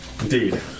Indeed